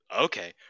Okay